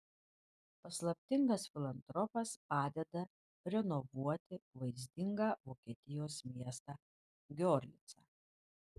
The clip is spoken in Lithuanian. paslaptingas filantropas padeda renovuoti vaizdingą vokietijos miestą giorlicą